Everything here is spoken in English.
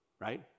right